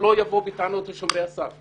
שלא יבוא בטענות אל שומרי הסף.